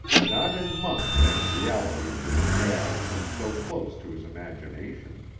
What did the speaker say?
not in months had the reality of his gel come so close to his imagination.